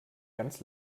ganz